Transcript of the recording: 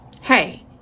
Hey